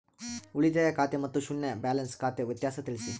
ಉಳಿತಾಯ ಖಾತೆ ಮತ್ತೆ ಶೂನ್ಯ ಬ್ಯಾಲೆನ್ಸ್ ಖಾತೆ ವ್ಯತ್ಯಾಸ ತಿಳಿಸಿ?